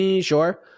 Sure